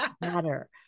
matter